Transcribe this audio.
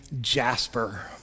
Jasper